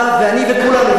אתה ואני וכולנו,